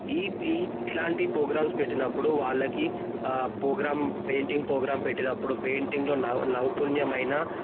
EP ఇట్లాంటి programmes పెట్టినప్పుడు వాళ్ళకి ఆ ప్రోగ్రాం పెయింటింగ్ ప్రోగ్రాం పెట్టినప్పుడు పెయింటింగ్ నై నైపుణ్యమైన